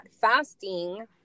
fasting